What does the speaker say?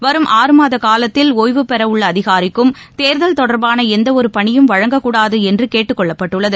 வரும் ஆறு மாத காலத்தில் ஒய்வுபெறவுள்ள அதிகாரிக்கும் தேர்தல் தொடர்பான எந்தவொரு பணியும் வழங்கக்கூடாது என்று கேட்டுக்கொள்ளப்பட்டுள்ளது